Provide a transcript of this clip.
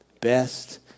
Best